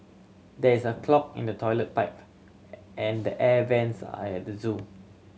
there is a clog in the toilet pipe and the air vents the zoo